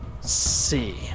see